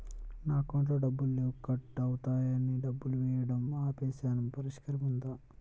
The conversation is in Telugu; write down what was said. నా అకౌంట్లో డబ్బులు లేవు కట్ అవుతున్నాయని డబ్బులు వేయటం ఆపేసాము పరిష్కారం ఉందా?